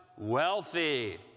Wealthy